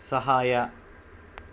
ಸಹಾಯ